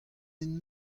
hent